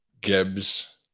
Gibbs